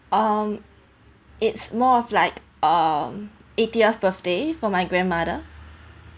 um it's more of like um eightieth birthday for my grandmother